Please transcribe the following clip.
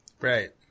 Right